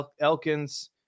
Elkins